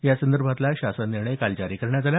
यासंदर्भातला शासन निर्णय काल जारी करण्यात आला